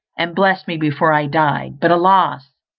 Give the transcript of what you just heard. and bless me before i died but alas!